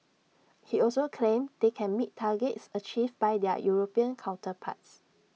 he also claimed they can meet targets achieved by their european counterparts